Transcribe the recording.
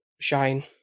shine